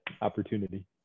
opportunity